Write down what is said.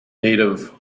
native